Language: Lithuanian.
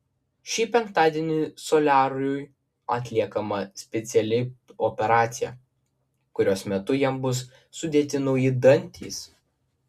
šį penktadienį soliariui atliekama speciali operacija kurios metu jam bus sudėti nauji dantys